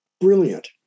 brilliant